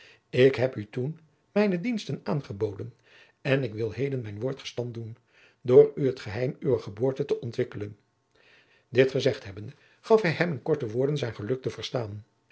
ik heb u toen mijne diensten aangeboden en ik wil heden mijn woord gestand doen door u het geheim uwer geboorte te ontwikkelen dit gezegd hebbende gaf hij hem in korte woorden zijn geluk te verstaan